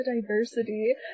diversity